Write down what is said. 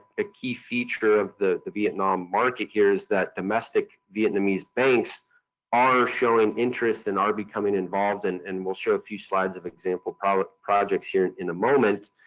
a key feature of the the vietnam market here is that domestic vietnamese banks are showing interest and are becoming involved, and and we'll show a few slides of example projects projects here in a moment,